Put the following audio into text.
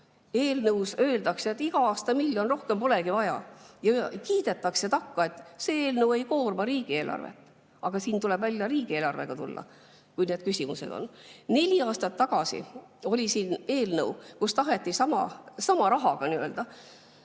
Eelnõus öeldakse, et iga aasta miljon, rohkem polegi vaja. Kiidetakse takka, et see eelnõu ei koorma riigieelarvet. Aga siis tuleb välja riigieelarve [arutusega], kui need küsimused on. Neli aastat tagasi oli siin eelnõu, kus taheti sama rahaga mitte